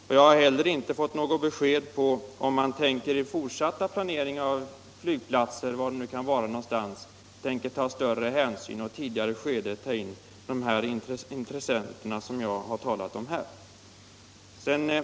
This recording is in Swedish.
Inte heller har jag fått något besked om huruvida man i den fortsatta planeringen av flygplatser — var det nu kan vara någonstans — tänker ta större hänsyn och i ett tidigare skede ta in de intressenter som jag talat om.